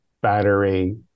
battery